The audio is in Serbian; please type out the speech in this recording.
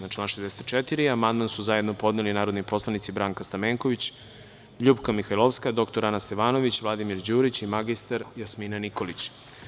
Na član 64. amandman su zajedno podneli narodni poslanici Branka Stamenković, LJupka Mihajlovska, dr Ana Stevanović, Vladimir Đurić i mr Jasmina Nikolić.